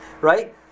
right